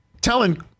telling